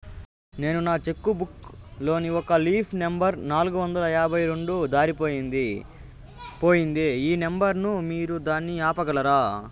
నేను నా cheque book లోని ఒక లీఫ్ నెంబర్ నాలుగు వందల యాభై రెండు దారిపొయింది పోయింది ఈ నెంబర్ ను మీరు దాన్ని ఆపగలరా?